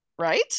Right